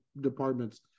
departments